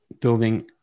building